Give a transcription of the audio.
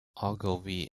ogilvy